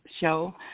show